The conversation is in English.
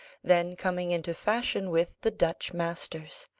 then coming into fashion with the dutch masters.